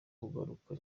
kugaruka